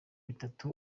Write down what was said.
bitatu